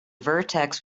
vertex